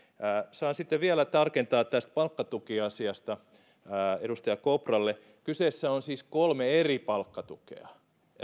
saan sitten vielä tarkentaa tätä palkkatukiasiaa edustaja kopralle kyseessä on siis kolme eri palkkatukea